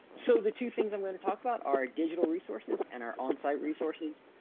so the two things i'm going to talk about our digital resources and our own site resources.